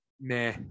nah